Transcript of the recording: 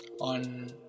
On